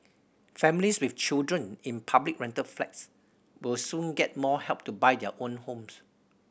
families with children in public rental flats will soon get more help to buy their own homes